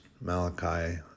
Malachi